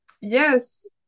yes